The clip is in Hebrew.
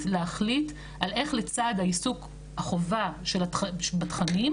להחליט על איך לצד העיסוק החובה של התכנים,